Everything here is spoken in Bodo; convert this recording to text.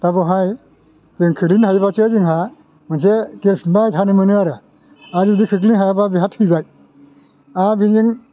दा बेवहाय जों खोलैनो हायोबासो जोंहा मोनसे गेस बुबाय थानो मोनो आरो आरो जुदि खोख्लैनो हायाब्ला बेहा थैबाय आरो बेजों